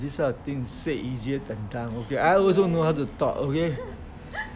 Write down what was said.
this kind of thing said easier than done okay I also know how to talk okay